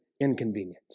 inconvenient